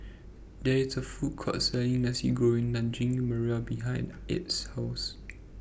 There IS A Food Court Selling Nasi Goreng Daging Merah behind Add's House